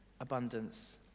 abundance